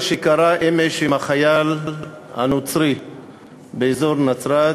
שקרה אמש עם החייל הנוצרי באזור נצרת,